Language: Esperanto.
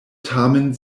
tamen